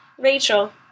Rachel